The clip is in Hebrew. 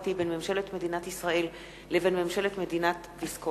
הפרטי בין ממשלת מדינת ישראל לבין ממשלת מדינת ויסקונסין.